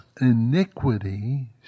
iniquity